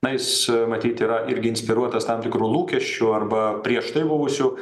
na jis matyt yra irgi inspiruotas tam tikrų lūkesčių arba prieš tai buvusių